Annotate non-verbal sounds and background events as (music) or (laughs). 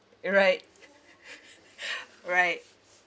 you're right (laughs) right